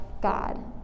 God